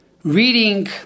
Reading